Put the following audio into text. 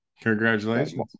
Congratulations